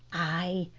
ay,